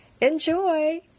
Enjoy